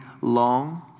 long